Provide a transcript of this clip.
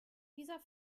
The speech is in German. dieser